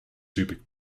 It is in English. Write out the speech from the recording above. subic